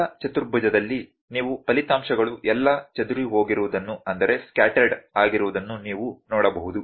ಮೊದಲ ಚತುರ್ಭುಜದಲ್ಲಿ ನೀವು ಫಲಿತಾಂಶಗಳು ಎಲ್ಲಾ ಚದುರಿಹೋಗಿರುವುದನ್ನು ನೀವು ನೋಡಬಹುದು